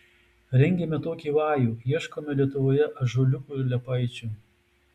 rengėme tokį vajų ieškome lietuvoje ąžuoliukų ir liepaičių